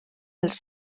els